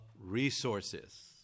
resources